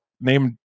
named